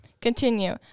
Continue